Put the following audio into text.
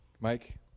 Mike